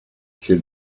should